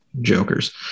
Jokers